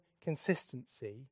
consistency